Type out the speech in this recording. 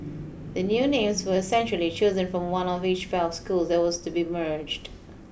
the new names were essentially chosen from one of each pair of schools that was to be merged